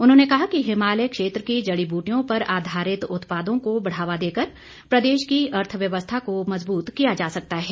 उन्होंने कहा कि हिमालय क्षेत्र की जड़ी बूटियों पर आधारित उत्पादों को बढ़ावा देकर प्रदेश की अर्थव्यवस्था को मज़बूत किया जा सकता है